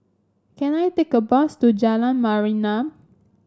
can I take a bus to Jalan Mayaanam